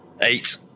eight